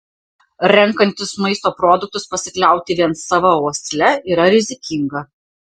renkantis maisto produktus pasikliauti vien sava uosle yra rizikinga